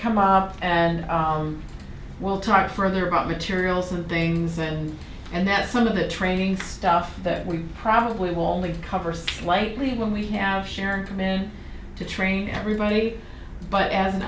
come up and we'll talk further about materials and things and and that's one of the training stuff that we probably will only cover slightly when we have sharon come in to train everybody but as an